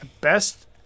best